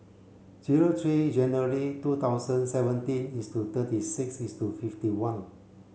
zero three January two thousand seventeen is to thirty six is to fifty one